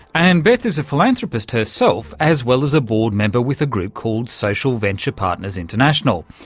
and beth is a philanthropist herself, as well as a board member with a group called social venture partners international.